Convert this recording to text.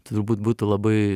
t turbūt būtų labai